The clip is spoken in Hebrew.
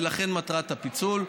וזו מטרת הפיצול.